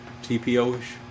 TPO-ish